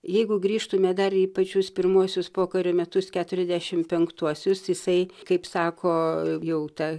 jeigu grįžtume dar į pačius pirmuosius pokario metus keturiasdešimt penktuosius jisai kaip sako jau ta